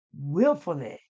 willfully